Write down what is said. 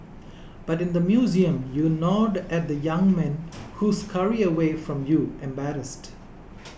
but in the museum you nod at the young men who scurry away from you embarrassed